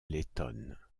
lettone